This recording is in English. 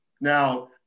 Now